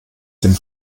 dem